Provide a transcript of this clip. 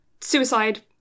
suicide